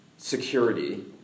Security